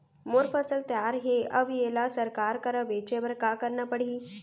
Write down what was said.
मोर फसल तैयार हे अब येला सरकार करा बेचे बर का करना पड़ही?